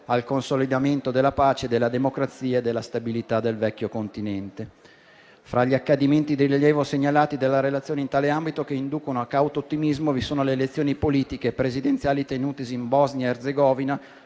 al consolidamento della pace, della democrazia e della stabilità nel vecchio continente. Fra gli accadimenti di rilievo segnalati dalla relazione in tale ambito, che inducono a cauto ottimismo, vi sono le elezioni politiche presidenziali tenutesi in Bosnia-Erzegovina